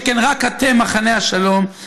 שכן רק אתם מחנה השלום.